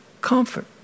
comfort